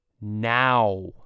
now